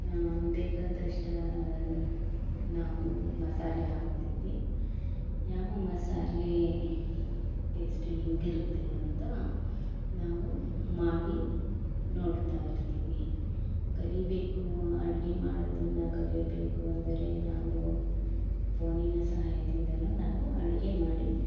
ಬೇಕಾದಷ್ಟು ನಾವು ಮಸಾಲೆ ಹಾಕ್ತೀವಿ ಯಾವ ಮಸಾಲೆ ಟೇಸ್ಟ್ ಹೆಂಗಿರುತ್ತೆ ಅಂತ ನಾವು ಮಾಡಿ ನೋಡ್ತಾ ಇರ್ತೀವಿ ಕಲಿಬೇಕು ಅಡಿಗೆ ಮಾಡೋದನ್ನು ಕಲಿಯಬೇಕು ಅಂದರೆ ನಾವು ಫೋನಿನ ಸಹಾಯದಿಂದನೂ ನಾವು ಅಡಿಗೆ ಮಾಡಿ